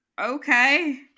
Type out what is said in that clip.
Okay